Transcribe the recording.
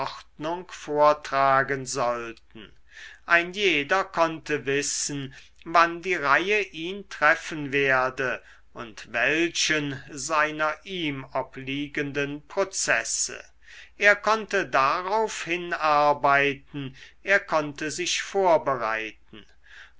vortragen sollten ein jeder konnte wissen wann die reihe ihn treffen werde und welchen seiner ihm obliegenden prozesse er konnte darauf hinarbeiten er konnte sich vorbereiten